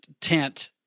tent